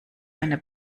einer